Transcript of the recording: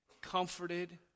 comforted